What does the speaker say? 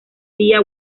vía